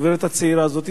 הגברת הצעירה הזאת,